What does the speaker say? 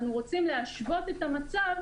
אנחנו רוצים להשוות את המצב